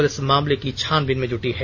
police मामले की छानबीन में जुटी है